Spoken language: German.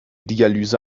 dialyse